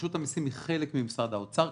רשות המסים היא חלק ממשרד האוצר,